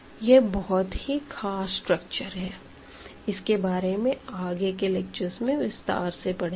यह बहुत ही खास स्ट्रक्चर है इसके बारे में आगे के लेक्चर्स में विस्तार से पढ़ेंगे